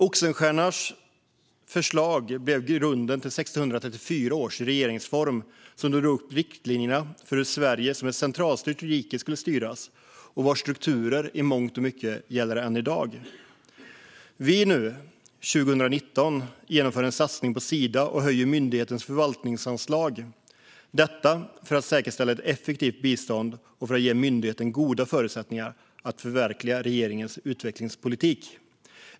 Oxenstiernas förslag blev grunden till 1634 års regeringsform som drog upp riktlinjerna för Sverige som ett centralstyrt rike och vars strukturer i mångt och mycket gäller än i dag. Vi genomför nu 2019 en satsning på Sida och höjer myndighetens förvaltningsanslag för att säkerställa ett effektivt bistånd och för att ge myndigheten goda förutsättningar att förverkliga regeringens utvecklingspolitik.